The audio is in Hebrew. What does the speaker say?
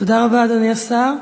תודה רבה, אדוני השר.